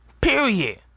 period